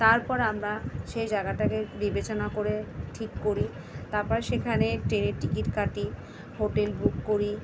তারপর আমরা সেই জায়গাটাকে বিবেচনা করে ঠিক করি তাপর সেখানে ট্রেনের টিকিট কাটি হোটেল বুক করি